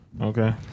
Okay